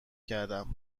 کردم